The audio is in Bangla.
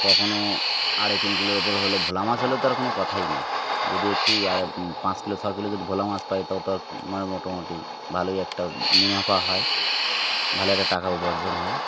কখনও আড়াই তিন কিলোর উপর হলে ভোলা মাছ হলে তো আর কোনো কথাই নেই যদি একটু আড়াই পাঁচ কিলো ছ কিলো যদি ভোলা মাছ পাই তাও তো আর মোটামুটি ভালোই একটা মুনাফা হয় ভালো একটা টাকা উপার্জন হয়